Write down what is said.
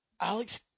Alex